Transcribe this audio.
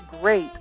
great